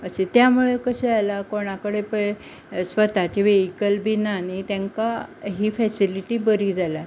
अशे त्यामुळे कशें जाला कोणा कडेन पळय स्वताची वेहीकल बी ना न्ही तेंका ही फॅसिलिटी बरी जाल्या